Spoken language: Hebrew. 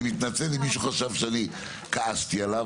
אני מתנצל אם מישהו חשב שכעסתי עליו,